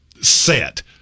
set